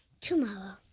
Tomorrow